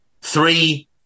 three